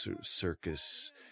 circus